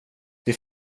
det